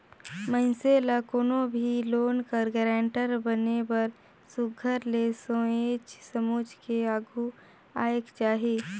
मइनसे ल कोनो भी लोन कर गारंटर बने बर सुग्घर ले सोंएच समुझ के आघु आएक चाही